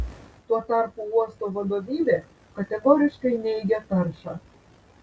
tuo tarpu uosto vadovybė kategoriškai neigia taršą